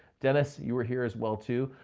dennis, you were here as well too.